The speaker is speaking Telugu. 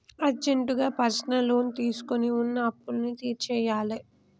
అర్జెంటుగా పర్సనల్ లోన్ తీసుకొని వున్న అప్పులన్నీ తీర్చేయ్యాలే